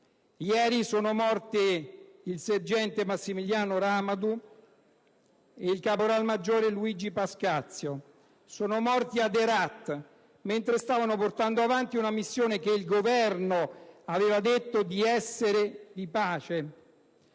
Ieri sono morti il sergente Massimiliano Ramadù ed il caporalmaggiore Luigi Pascazio. Sono morti ad Herat, mentre stavano portando avanti una missione che il Governo aveva loro detto essere di pace,